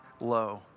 low